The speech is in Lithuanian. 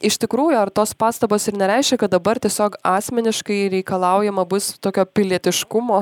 iš tikrųjų ar tos pastabos ir nereiškia kad dabar tiesiog asmeniškai reikalaujama bus tokio pilietiškumo